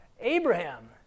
Abraham